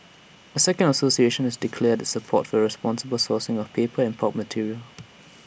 A second association has declared the support for the responsible sourcing of paper and pulp material